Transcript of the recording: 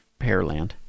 Pearland